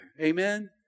Amen